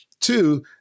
Two